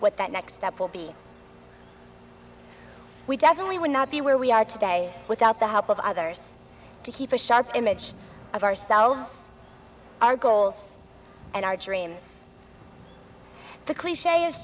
what that next step will be we definitely would not be where we are today without the help of others to keep a sharp image of ourselves our goals and our dreams the cliche is